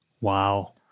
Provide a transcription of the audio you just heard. Wow